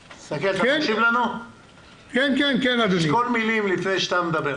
תשקול מילים לפני שאתה מדבר.